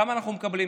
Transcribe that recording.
כמה אנחנו מקבלים?